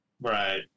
right